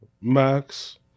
Max